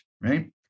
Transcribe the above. right